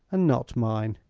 and not mine.